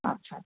আচ্ছা